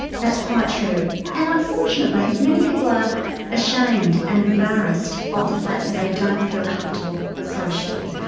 that's quite true and unfortunately many people are ashamed and embarrassed of the fact that they don't feel comfortable socially.